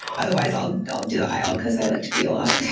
otherwise i'll i'll do the aisle, because i like to pee a lot.